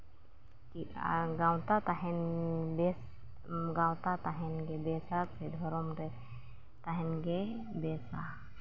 ᱜᱟᱶᱛᱟ ᱛᱟᱦᱮᱱ ᱵᱮᱥ ᱜᱟᱶᱛᱟ ᱛᱟᱦᱮᱱ ᱜᱮ ᱵᱮᱥᱟ ᱯᱷᱤᱨ ᱫᱷᱚᱨᱚᱢ ᱨᱮ ᱛᱟᱦᱮᱱ ᱜᱮ ᱵᱮᱥᱟ